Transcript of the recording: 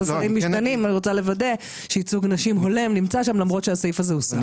אני רוצה לוודא שייצוג נשים הולם נמצא שם למרות שהסעיף הזה הוסר.